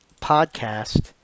podcast